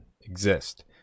exist